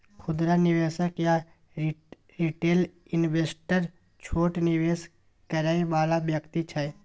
खुदरा निवेशक या रिटेल इन्वेस्टर छोट निवेश करइ वाला व्यक्ति छै